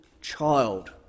child